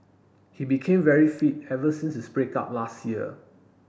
he became very fit ever since his break up last year